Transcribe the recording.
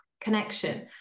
connection